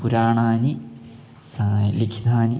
पुराणानि लिखितानि